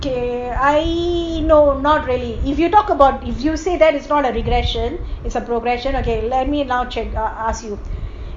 okay I no not really if you talk about if you say it is a regression not a progression let me now check ask you